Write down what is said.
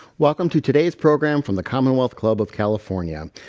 welcome to today's program from the commonwealth club of california.